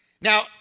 Now